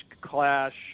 clash –